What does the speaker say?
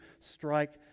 strike